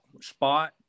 spot